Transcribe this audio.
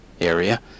area